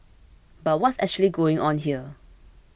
but what's actually going on here